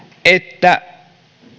että